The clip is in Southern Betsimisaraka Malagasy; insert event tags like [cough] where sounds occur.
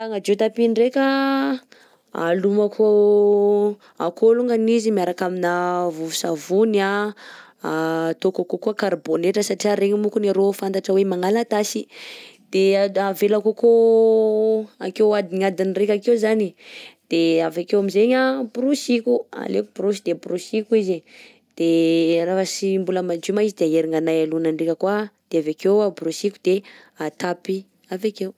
Magnadio tapis ndreka :alomako [hesitation] akao alongany izy miaraka amina vovon-tsavony, ataoko akao koà karibonetra satria regny mokony arao fantatra hoe magnala tasy, de [hesitation] avelako akao [hesitation] akeo adiadiny reka akeo zany e,de avekeo aminjegny a borosiko aleko borosy de borosiko izy de rehefa tsy mbola madio ma izy de aerignanay alona ndreka koà de avy akeo a borosiko de atapy avy akeo.